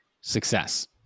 success